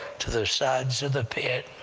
to the sides of the pit.